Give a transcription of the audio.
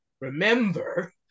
remember